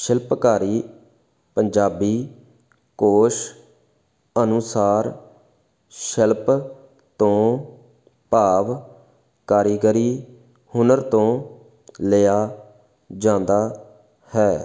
ਸ਼ਿਲਪਕਾਰੀ ਪੰਜਾਬੀ ਕੋਸ਼ ਅਨੁਸਾਰ ਸ਼ੈਲਪ ਤੋਂ ਭਾਵ ਕਾਰੀਗਰੀ ਹੁਨਰ ਤੋਂ ਲਿਆ ਜਾਂਦਾ ਹੈ